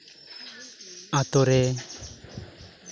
ᱟᱛᱳᱨᱮ